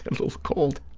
and little cold?